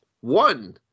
one